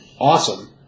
awesome